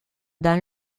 dans